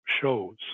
shows